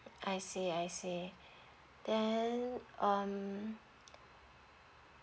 I see I see then um